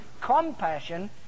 compassion